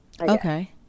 Okay